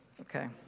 Okay